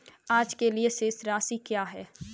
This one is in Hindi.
आज के लिए शेष राशि क्या है?